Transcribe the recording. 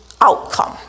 outcome